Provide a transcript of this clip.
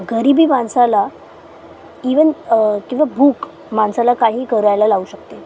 गरिबी माणसाला ईवन किंवा भूक माणसाला काही करायला लावू शकते